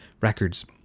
records